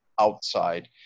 outside